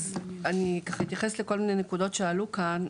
אז אני אתייחס לכל מיני נקודות שעלו כאן,